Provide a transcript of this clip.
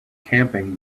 camping